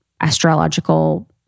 astrological